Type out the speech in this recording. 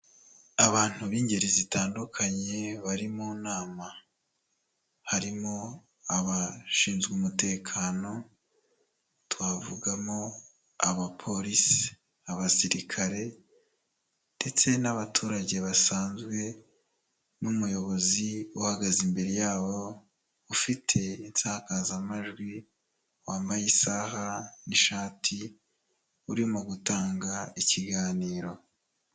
Abantu b'ingeri zitandukanye bari mu nama, harimo abashinzwe umutekano, twavugamo; abapolisi, abasirikare ndetse n'abaturage basanzwe n'umuyobozi uhagaze imbere yabo ufite insakazamajwi, wambaye isaha n'ishati urimo gutanga ikiganiro.